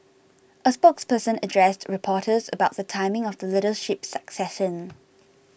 a spokesperson addressed reporters about the timing of the leadership succession